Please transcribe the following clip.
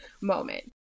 moment